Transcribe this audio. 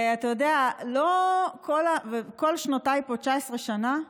אתה יודע, בכל שנותיי פה, 19 שנה,